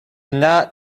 not